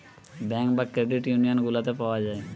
bank বা credit union গুলাতে পাওয়া যায়